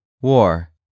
War